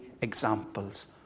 examples